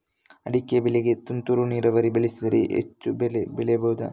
ಅಡಿಕೆ ಬೆಳೆಗೆ ತುಂತುರು ನೀರಾವರಿ ಬಳಸಿದರೆ ಹೆಚ್ಚು ಬೆಳೆ ಬೆಳೆಯಬಹುದಾ?